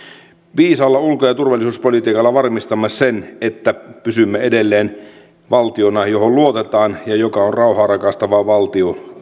viisaalla ulko ja turvallisuuspolitiikalla varmistamme sen että pysymme edelleen valtiona johon luotetaan ja joka on rauhaa rakastava valtio